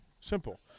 simple